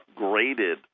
upgraded